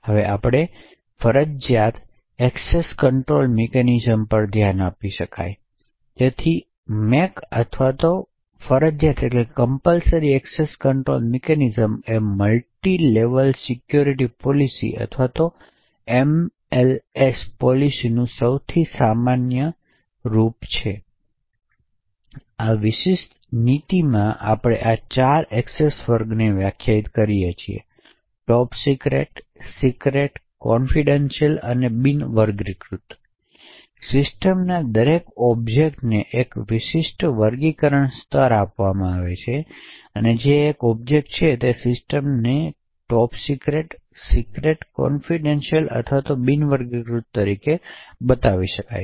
હવે આપણે ફરજિયાત એએક્સેસ કંટ્રોલ મિકેનિઝમ પર ધ્યાન આપીશું તેથી MAC અથવા ફરજિયાત access control mechanism multi level security policy અથવા MLS પોલિસીનું સૌથી સામાન્ય સ્વરૂપ છે આ વિશિષ્ટ નીતિમાં આપણે ચાર એક્સેસ વર્ગોને વ્યાખ્યાયિત કરીએ છીએ આ ટોપ સિક્રેટ સિક્રેટ કોન્ફિડેંસિયલ અને બિનવર્ગીકૃત સિસ્ટમના દરેક ઓબ્જેક્ટને એક વિશિષ્ટ વર્ગીકરણ સ્તર આપવામાં આવે છે જે એક ઓબ્જેક્ટ છે કે જે સિસ્ટમને ટોપ સિક્રેટ સિક્રેટ કોન્ફિડેંસિયલ અને બિનવર્ગીકૃત તરીકે બતાવી શકાય છે